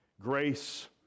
Grace